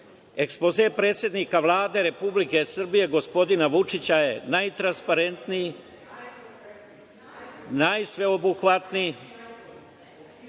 Ekspoze predsednika Vlade Republike Srbije gospodina Vučića je najtransparentniji, najsveobuhvatniji,